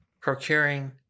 procuring